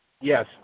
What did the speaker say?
Yes